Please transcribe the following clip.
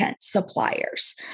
suppliers